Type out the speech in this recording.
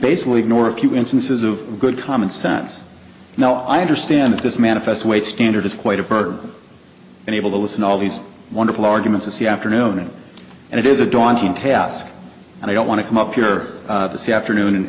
basically ignore a few instances of good commonsense now i understand that this manifest way standard is quite a burden and able to listen all these wonderful arguments of the afternoon and it is a daunting task and i don't want to come up here this afternoon and